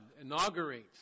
inaugurates